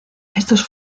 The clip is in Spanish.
estos